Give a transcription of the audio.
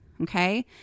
Okay